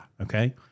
Okay